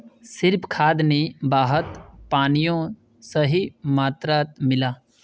सिर्फ खाद नी वहात पानियों सही मात्रात मिला